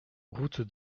route